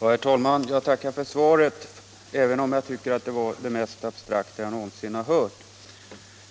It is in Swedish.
Herr talman! Jag tackar för svaret, även om jag tycker att det var det mest abstrakta som jag någonsin har hört.